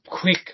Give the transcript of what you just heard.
quick